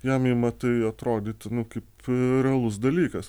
jam ima tai atrodyti nu kaip realus dalykas